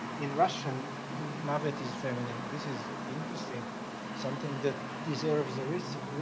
in russian mavit is feminine. this is interesting something that deserves research.